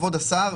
כבוד השר,